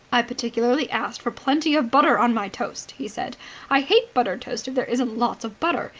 i particularly asked for plenty of butter on my toast! he said. i hate buttered toast if there isn't lots of butter.